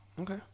Okay